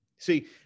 See